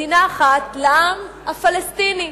מדינה אחת לעם הפלסטיני.